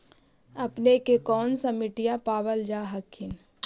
अपने के कौन सा मिट्टीया पाबल जा हखिन?